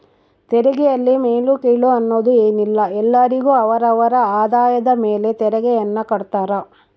ತೆರಿಗೆಯಲ್ಲಿ ಮೇಲು ಕೀಳು ಅನ್ನೋದ್ ಏನಿಲ್ಲ ಎಲ್ಲರಿಗು ಅವರ ಅವರ ಆದಾಯದ ಮೇಲೆ ತೆರಿಗೆಯನ್ನ ಕಡ್ತಾರ